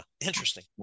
interesting